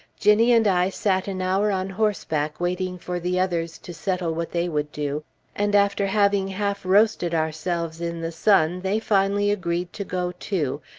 ginnie and i sat an hour on horseback waiting for the others to settle what they would do and after having half-roasted ourselves in the sun, they finally agreed to go, too,